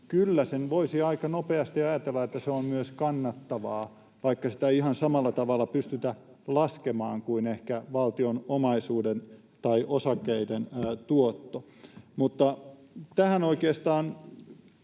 kyllä voisi aika nopeasti ajatella, että se on myös kannattavaa, vaikka sitä ei ihan samalla tavalla pystytä laskemaan kuin ehkä valtion omaisuuden tai osakkeiden tuottoa. Tähän oikeastaan